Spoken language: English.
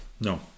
No